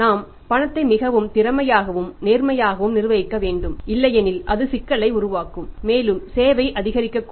நாம் பணத்தை மிகவும் திறமையாகவும் நேர்மையாகவும் நிர்வகிக்க வேண்டும் இல்லையெனில் அது சிக்கலை உருவாக்கும் மற்றும் செலவை அதிகரிக்கக்கூடும்